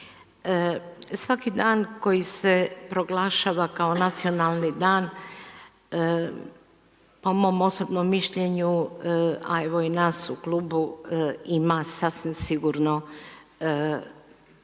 Svaki dan koji se proglašava kao nacionalni dan, po mom osobnom mišljenju a evo i nas u klubu ima sasvim sigurno, veliku